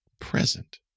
present